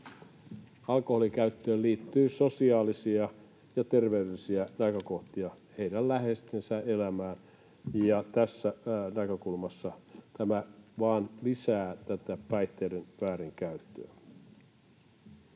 Alkoholin käyttöön liittyy sosiaalisia ja terveydellisiä näkökohtia heidän läheistensä elämään, ja tässä näkökulmassa tämä vain lisää päihteiden väärinkäyttöä.